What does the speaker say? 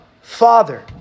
Father